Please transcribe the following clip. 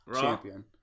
champion